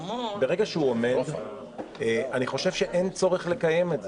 ברגע שהוא עומד אני חושב שאין צורך לקיים את זה.